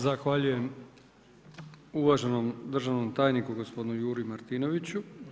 Zahvaljujem uvaženom državnom tajniku gospodin Juri Martinoviću.